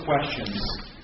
questions